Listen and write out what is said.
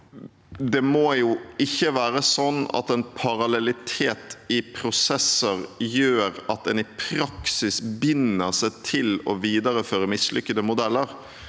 Det må jo ikke være sånn at en parallellitet i prosesser gjør at en i praksis binder seg til å videreføre mislykkede modeller.